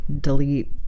delete